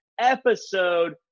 episode